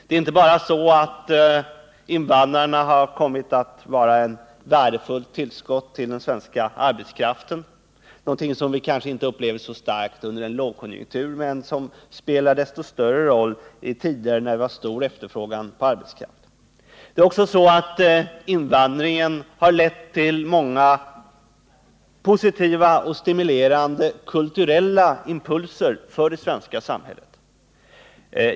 Det är inte bara så att de kommit att utgöra ett värdefullt tillskott till den svenska arbetskraften — någonting som vi kanske inte upplever så starkt under en lågkonjunktur, men som spelar desto större roll i tider med stor efterfrågan på arbetskraft — utan invandringen har också lett till många positiva och stimulerande kulturella impulser för det svenska samhället.